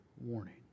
warning